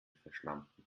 verschlampen